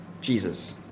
Jesus